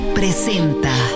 presenta